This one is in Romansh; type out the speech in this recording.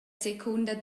secunda